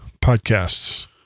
podcasts